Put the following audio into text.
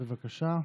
בבקשה.